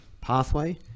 pathway